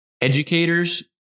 educators